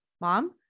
mom